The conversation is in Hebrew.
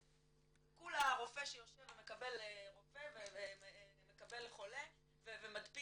זה כולה רופא שיושב ומקבל חולה ומדפיס.